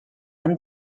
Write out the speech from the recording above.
amb